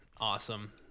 awesome